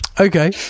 Okay